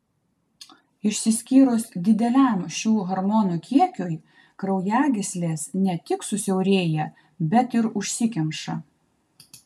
išsiskyrus dideliam šių hormonų kiekiui kraujagyslės ne tik susiaurėja bet ir užsikemša